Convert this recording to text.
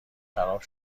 خراب